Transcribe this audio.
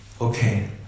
Okay